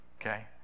okay